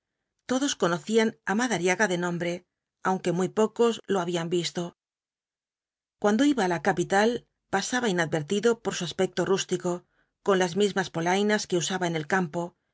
todos conocían á madariaga de nombre aunque muy pocos lo habían visto cuando iba á la capital pasaba inadvertido por su aspecto rústico con las mismas polainas que usaba en el campo